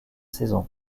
saison